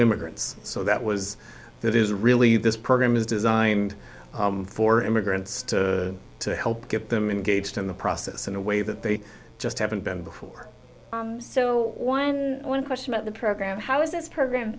immigrants so that was that is really this program is designed for immigrants to to help get them engaged in the process in a way that they just haven't been before so one one question of the program how is this program